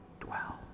dwell